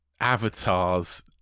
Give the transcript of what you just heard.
Avatar's